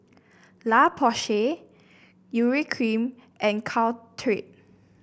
La Roche Porsay Urea Cream and Caltrate